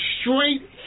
straight